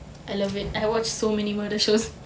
I love it I watch so many murder shows